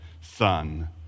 son